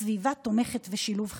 סביבה תומכת ושילוב חברתי.